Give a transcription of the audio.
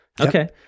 Okay